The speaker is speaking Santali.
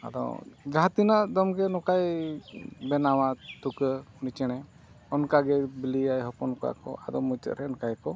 ᱟᱫᱚ ᱡᱟᱦᱟᱸ ᱛᱤᱱᱟᱹᱜ ᱫᱷᱟᱣᱜᱮ ᱱᱚᱝᱠᱟᱭ ᱵᱮᱱᱟᱣᱟ ᱛᱩᱠᱟᱹ ᱩᱱᱤ ᱪᱮᱬᱮ ᱚᱱᱠᱟᱜᱮ ᱵᱤᱞᱤᱭᱟᱭ ᱦᱚᱯᱚᱱ ᱠᱚᱣᱟ ᱠᱚ ᱟᱨᱚ ᱢᱩᱪᱟᱹᱫ ᱨᱮ ᱚᱱᱠᱟ ᱜᱮᱠᱚ